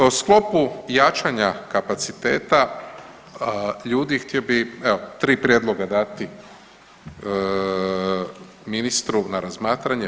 Po sklopu jačanja kapaciteta ljudi, htio bih evo, 3 prijedloga dati ministru na razmatranje.